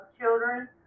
children